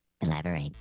Elaborate